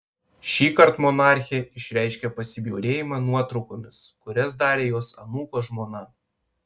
šįkart monarchė išreiškė pasibjaurėjimą nuotraukomis kurias darė jos anūko žmona